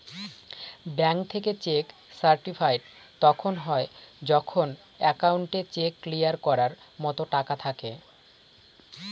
bank থেকে cheque certified তখন হয় যখন একাউন্টে চেক ক্লিয়ার করার মতো টাকা থাকে